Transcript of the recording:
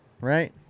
Right